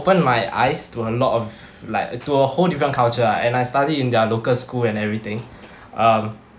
open my eyes to a lot of like to a whole different culture and I study in their local school and everything um